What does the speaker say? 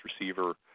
receiver